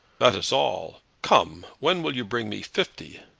that is all. come when will you bring me fifty?